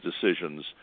decisions